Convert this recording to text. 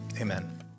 amen